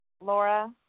laura